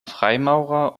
freimaurer